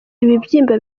ibibyimba